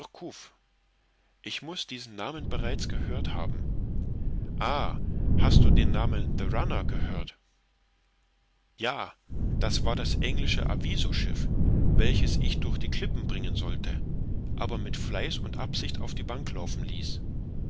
ich muß diesen namen bereits gehört haben ah hast du den namen the runner gehört ja das war das englische avisoschiff welches ich durch die klippen bringen sollte aber mit fleiß und absicht auf die bank laufen ließ